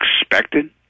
expected